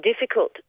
difficult